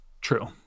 True